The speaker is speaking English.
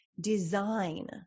design